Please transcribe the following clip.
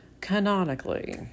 Canonically